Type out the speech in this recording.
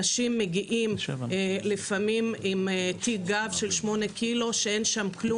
אנשים מגיעים לפעמים עם תיק גב של 8 ק"ג ואין בו כלום.